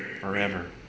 forever